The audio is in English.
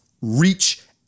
reach